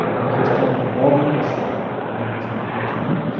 ah increase public involvement, that's the main reason i'm here tonight,